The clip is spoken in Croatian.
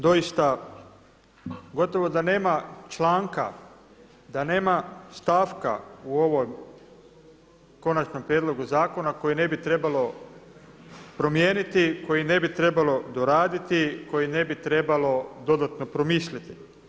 Doista, gotovo da nema članka da nema stavka u ovom konačnom prijedlogu zakona koji ne bi trebalo promijeniti, koji ne bi trebalo doraditi, koji ne bi trebalo dodatno promisliti.